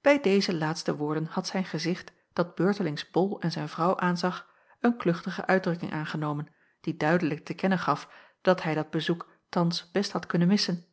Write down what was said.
bij deze laatste woorden had zijn gezicht dat beurtelings bol en zijn vrouw aanzag een kluchtige uitdrukking aangenomen die duidelijk te kennen gaf dat hij dat bezoek thans best had kunnen missen